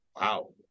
wow